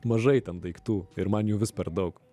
mažai ten daiktų ir man jų vis per daug